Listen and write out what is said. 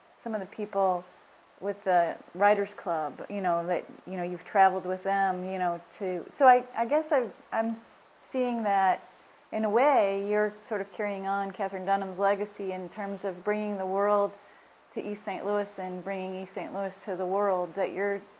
some of the people with the writer's club, you know, that you know you've traveled with them, you know to so i i guess i'm um seeing that in a way you're sort of carrying on katherine dunham's legacy in terms of bring the world to east st. louis and bringing east st. louis to the world. that youire,